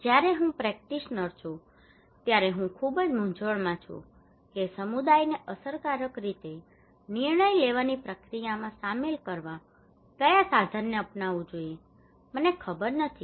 જ્યારે હું પ્રેક્ટિશનર છું ત્યારે હું ખૂબ જ મૂંઝવણમાં છું કે સમુદાયને અસરકારક રીતે નિર્ણય લેવાની પ્રક્રિયામાં સામેલ કરવા માટે કયા સાધનને અપનાવવું જોઈએ મને ખબર નથી